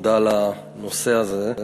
תודה על העלאת הנושא הזה.